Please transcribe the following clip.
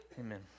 Amen